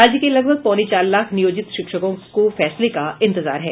राज्य के लगभग पौने चार लाख नियोजित शिक्षकों को फैसले का इंतजार है